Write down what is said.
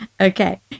Okay